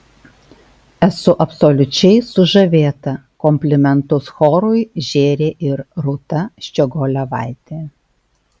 esu absoliučiai sužavėta komplimentus chorui žėrė ir rūta ščiogolevaitė